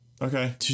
Okay